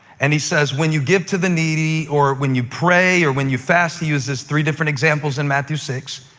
and he says when you give to the needy or when you pray or when you fast, he uses three different examples in matthew six.